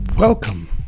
Welcome